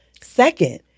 second